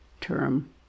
term